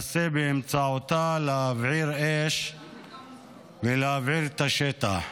שבאמצעותה הוא מנסה להבעיר אש ולהבעיר את השטח.